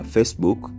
Facebook